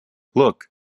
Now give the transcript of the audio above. look